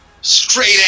Straight